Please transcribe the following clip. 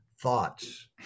thoughts